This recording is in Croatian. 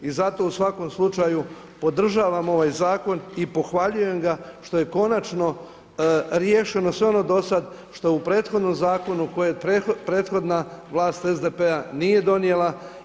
I zato u svakom slučaju podržavam ovaj Zakon i pohvaljujem ga što je konačno riješeno sve ono do sad što je u prethodnom zakonu, koji je prethodna vlast SDP-a nije donijela.